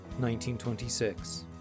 1926